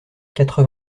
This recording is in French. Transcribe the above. quatre